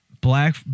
Black